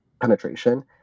penetration